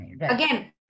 Again